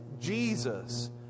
Jesus